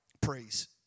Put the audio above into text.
praise